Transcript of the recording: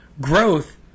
growth